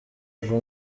bwo